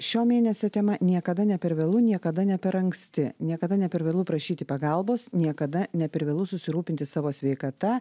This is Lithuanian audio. šio mėnesio tema niekada ne per vėlu niekada ne per anksti niekada ne per vėlu prašyti pagalbos niekada ne per vėlu susirūpinti savo sveikata